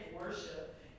worship